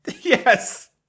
Yes